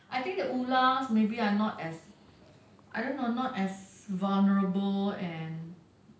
I think the ulars maybe are not as I don't know maybe not as vulnerable and